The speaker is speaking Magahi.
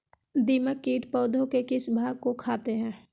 दीमक किट पौधे के किस भाग को खाते हैं?